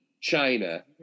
China